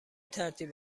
ترتیب